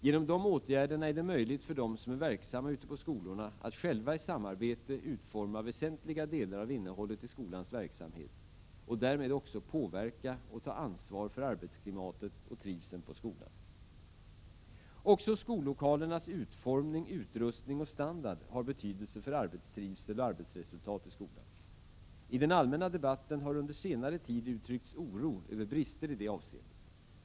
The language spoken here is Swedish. Genom dessa åtgärder är det möjligt för dem som är verksamma ute på skolorna att själva i samarbete utforma väsentliga delar av innehållet i skolans verksamhet och därmed också påverka och ta ansvar för arbetsklimatet och trivseln i skolan. Också skollokalernas utformning, utrustning och standard har betydelse för arbetstrivsel och arbetsresultat i skolan. I den allmänna debatten har under senare tid uttryckts oro över brister i dessa avseende.